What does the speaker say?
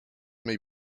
may